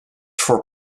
for